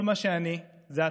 כל מה שאני זה אתם.